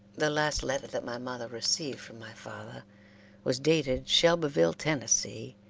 the last letter that my mother received from my father was dated shelbyville, tennessee,